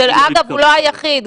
הוא לא --- הוא לא היחיד,